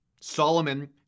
Solomon